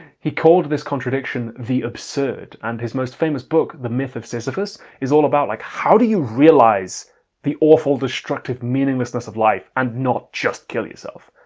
he called this contradiction the absurd and his most famous book the myth of sisyphus is all about like how do you realize the awful, destructive, meaninglessness of life and not just kill yourself?